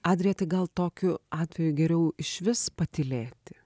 adrija tai gal tokiu atveju geriau išvis patylėti